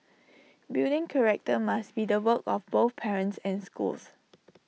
building character must be the work of both parents and schools